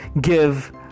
give